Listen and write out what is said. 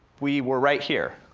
we were right here.